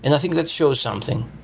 and i think that shows something.